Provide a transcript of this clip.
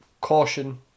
caution